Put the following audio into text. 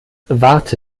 warte